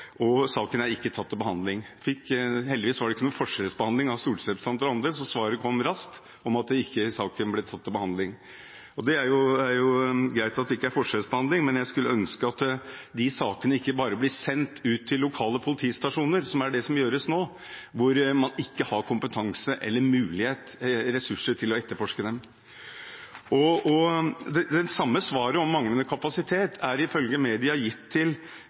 og at saken ikke er tatt til behandling. Heldigvis var det ingen forskjellsbehandling av stortingsrepresentanter og andre, så svaret kom raskt om at saken ikke ble tatt til behandling. Det er greit at det ikke er forskjellsbehandling, men jeg skulle ønske at disse sakene ikke bare ble sendt ut til lokale politistasjoner, som det gjøres nå, hvor man ikke har kompetanse eller ressurser til å etterforske dem. Det samme svaret om manglende kapasitet er ifølge media gitt til